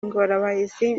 ingorabahizi